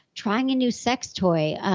trying a new sex toy,